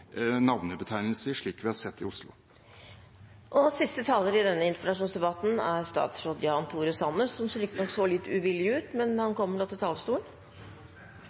slik vi har sett det i Oslo. Siste taler i denne interpellasjonsdebatten er statsråd Jan Tore Sanner, som riktignok så litt uvillig ut, men han kommer nå til talerstolen.